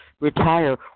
retire